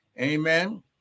Amen